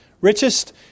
richest